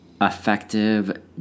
effective